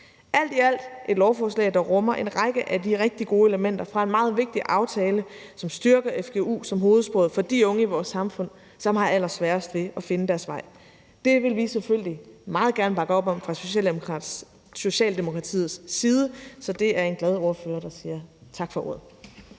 Alt i alt er det lovforslag, der rummer en række af de rigtig gode elementer fra en meget vigtig aftale, og som styrker fgu som hovedsporet for de unge i vores samfund, som har allersværest ved at finde deres vej. Det vil vi selvfølgelig meget gerne bakke op om fra Socialdemokratiets side, så det er en glad ordfører, der siger tak for ordet.